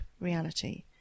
reality